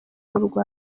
rwanda